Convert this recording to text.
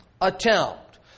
attempt